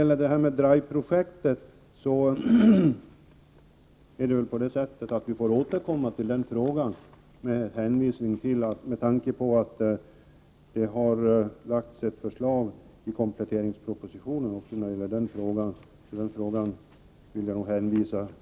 Till frågan om DRIVE-projektet får vi tillfälle att återkomma, eftersom det i kompletteringspropositionen framlagts ett förslag i den frågan.